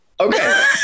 Okay